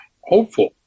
hopeful